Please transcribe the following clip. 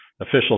official